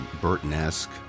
Burton-esque